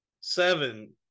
Seven